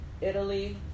Italy